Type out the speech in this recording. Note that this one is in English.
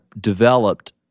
developed